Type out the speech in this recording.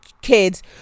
kids